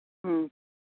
ꯎꯝ